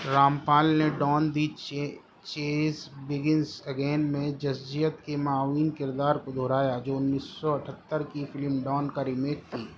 رامپال نے Don the chase begins again میں جسجیت کے معاون کردار کو دہرایا جو انیس سو اٹھہتر کی فلم ڈان کا ریمیک تھی